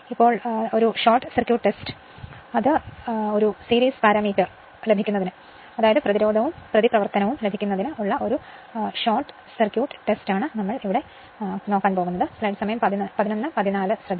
ഇപ്പോൾ series parameter ലഭിക്കാൻ അതായത് പ്രതിരോധവും പ്രതിപ്രവർത്തനവും കണ്ടെത്താൻ ഉള്ള ഹ്രസ്വ പരിവാഹ പരീക്ഷ